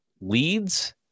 leads